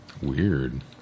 Weird